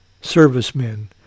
servicemen